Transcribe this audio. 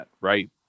right